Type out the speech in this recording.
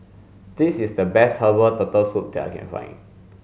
this is the best herbal turtle soup that I can find